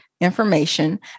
Information